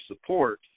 support